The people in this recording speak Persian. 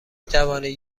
توانید